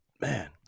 Man